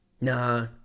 nah